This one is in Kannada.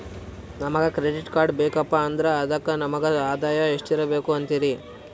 ನಮಗ ಕ್ರೆಡಿಟ್ ಕಾರ್ಡ್ ಬೇಕಪ್ಪ ಅಂದ್ರ ಅದಕ್ಕ ನಮಗ ಆದಾಯ ಎಷ್ಟಿರಬಕು ಅಂತೀರಿ?